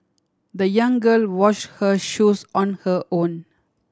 the young girl wash her shoes on her own